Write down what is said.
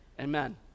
Amen